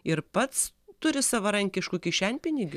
ir pats turi savarankiškų kišenpinigių